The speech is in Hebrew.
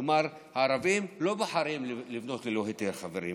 כלומר, הערבים לא בוחרים לבנות ללא היתר, חברים,